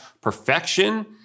perfection